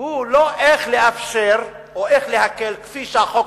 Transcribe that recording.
הוא לא איך לאפשר או איך להקל, כפי שהחוק